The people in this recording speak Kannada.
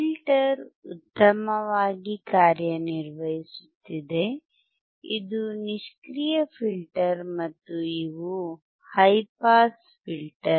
ಫಿಲ್ಟರ್ ಉತ್ತಮವಾಗಿ ಕಾರ್ಯನಿರ್ವಹಿಸುತ್ತಿದೆ ಇದು ನಿಷ್ಕ್ರಿಯ ಫಿಲ್ಟರ್ ಮತ್ತು ಇವು ಹೈ ಪಾಸ್ ಫಿಲ್ಟರ್